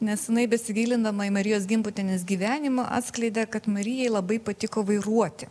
nes jinai besigilindama į marijos gimbutienės gyvenimą atskleidė kad marijai labai patiko vairuoti